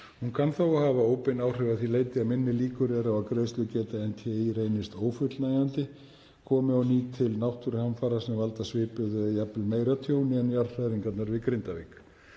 Hún kann þó að hafa óbein áhrif að því leyti að minni líkur eru á að greiðslugeta NTÍ reynist ófullnægjandi komi á ný til náttúruhamfara sem valda svipuðu eða jafnvel meira tjóni en jarðhræringarnar við Grindavík.